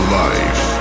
life